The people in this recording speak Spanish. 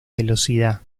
velocidad